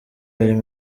ayo